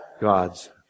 God's